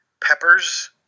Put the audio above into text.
peppers